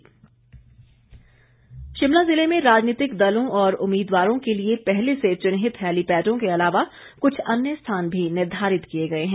DC Shimla Shimla ज़िले में राजनीतिक दलों और उम्मीदवारों के लिए पहले से चिन्हित हैलीपैडों के अलावा कुछ अन्य स्थान भी निर्धारित किए गए हैं